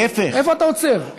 איפה אתה עוצר?